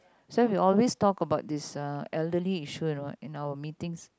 so we always talk about this elderly issues in our in our meetings